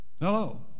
Hello